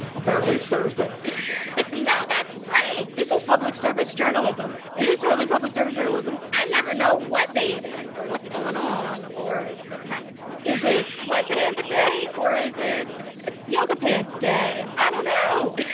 apparently, it's thursday no, that's great this is public service journalism it is totally public service journalism i never know what day it is or what's going on or what's happening is it sweatpants day, or is it yoga pants day? i don't know